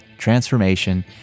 transformation